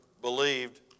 believed